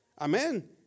Amen